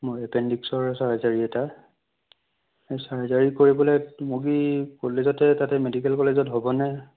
মোৰ এপেণ্ডিক্সৰ চাৰ্জাৰি এটা এই চাৰ্জাৰি কৰিবলৈ টুমুকী কলেজতে তাতে মেডিকেল কলেজত হ'বনে